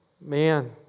Man